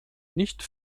nicht